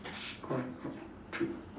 correct correct true